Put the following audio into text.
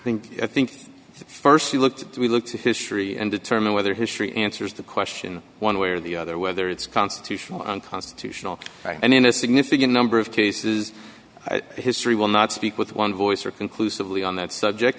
i think i think st she looked we look to history and determine whether history answers the question one way or the other whether it's constitutional or unconstitutional and in a significant number of cases history will not speak with one voice or conclusively on that subject